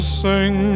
sing